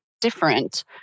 different